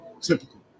Typical